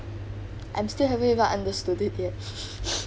I'm still haven't even understood it yet